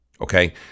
Okay